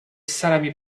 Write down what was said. salami